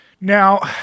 Now